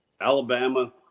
Alabama